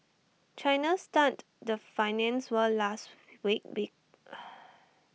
China stunned the finance world last week be